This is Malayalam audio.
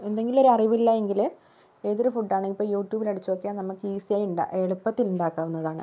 ഏന്തെങ്കിലും ഒരു അറിവ് ഇല്ലായെങ്കില് ഏതൊരു ഫുഡ് ആണെങ്കിലും ഇപ്പോ യൂടൃൂബില് അടിച്ചു നോക്കിയാൽ നമുക്ക് ഈസിയായി വളരെ എളുപ്പത്തില് ഉണ്ടാക്കാവുന്നതാണ്